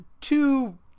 two